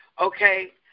Okay